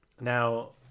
now